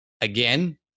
again